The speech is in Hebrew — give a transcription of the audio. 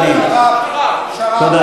חבר הכנסת רוזנטל, עד כאן, עד כאן, תודה.